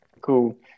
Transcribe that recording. Cool